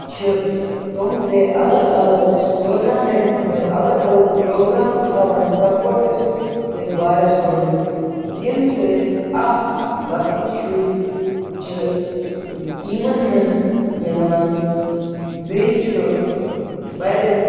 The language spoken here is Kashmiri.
چھِ تِم تہِ الگ الگ ٹورنامٮ۪نٛٹ تہٕ الگ الگ پرٛوگرام تھاوان سَپوٹٕس کِس بارَس منٛز ییٚمہِ سۭتۍ اَکھ لۄکٕٹۍ شُرۍ چھِ ٹیٖمَن منٛز گِنٛدان بیٚیہِ چھُ بَڑٮ۪ن